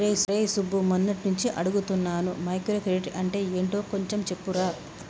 రేయ్ సుబ్బు, మొన్నట్నుంచి అడుగుతున్నాను మైక్రో క్రెడిట్ అంటే యెంటో కొంచెం చెప్పురా